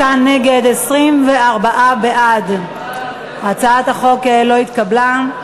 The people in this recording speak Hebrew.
26 נגד, 24 בעד, הצעת החוק לא נתקבלה.